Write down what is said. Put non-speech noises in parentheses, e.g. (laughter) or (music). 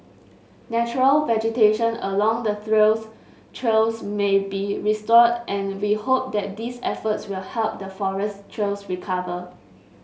natural vegetation along the (unintelligible) trails may be restored and we hope that these efforts will help the forest trails recover